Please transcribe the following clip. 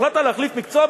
החלטת להחליף מקצוע?